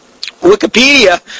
Wikipedia